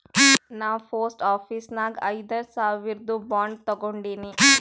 ನಾ post office ನಾಗ್ ಐಯ್ದ ಸಾವಿರ್ದು ಬಾಂಡ್ ತಗೊಂಡಿನಿ